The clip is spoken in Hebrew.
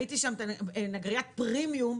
נגריית פרימיום,